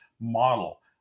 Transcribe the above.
model